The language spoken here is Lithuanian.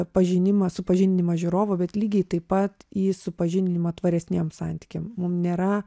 pažinimą supažindinimą žiūrovų bet lygiai taip pat į supažindinimą tvaresniem santykiam mum nėra